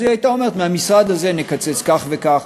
היא הייתה אומרת: מהמשרד הזה נקצץ כך וכך,